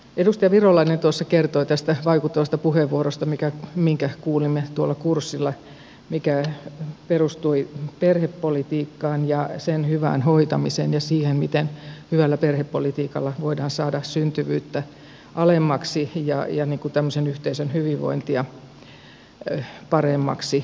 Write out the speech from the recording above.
edustaja virolainen tuossa kertoi tästä vaikuttavasta puheenvuorosta minkä kuulimme tuolla kurssilla ja mikä perustui perhepolitiikkaan ja sen hyvään hoitamiseen ja siihen miten hyvällä perhepolitiikalla voidaan saada syntyvyyttä alemmaksi ja tämmöisen yhteisön hyvinvointia paremmaksi